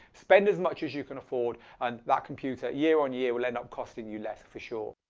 spend as much as you can afford and that computer year on year will end up costing you less for sure.